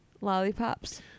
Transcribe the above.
lollipops